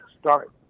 start